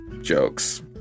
jokes